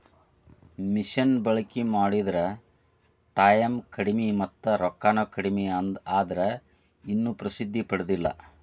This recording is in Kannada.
ಮಿಷನ ಬಳಕಿ ಮಾಡಿದ್ರ ಟಾಯಮ್ ಕಡಮಿ ಮತ್ತ ರೊಕ್ಕಾನು ಕಡಮಿ ಆದ್ರ ಇನ್ನು ಪ್ರಸಿದ್ದಿ ಪಡದಿಲ್ಲಾ